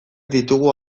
ditugu